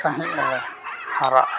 ᱥᱟᱺᱦᱤᱡ ᱮ ᱦᱟᱨᱟᱜᱼᱟ